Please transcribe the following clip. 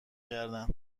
کردن